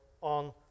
on